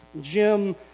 Jim